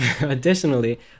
additionally